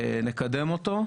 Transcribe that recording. נקדם אותו,